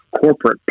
corporate